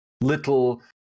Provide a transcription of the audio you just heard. little